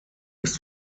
ist